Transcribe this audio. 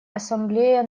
ассамблея